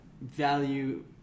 value